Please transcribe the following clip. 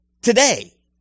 Today